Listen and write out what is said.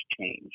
change